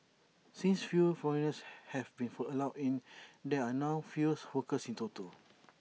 since fewer foreigners have been for allowed in there are now fewer workers in total